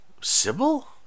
Sybil